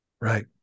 Right